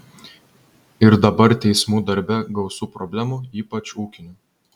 ir dabar teismų darbe gausu problemų ypač ūkinių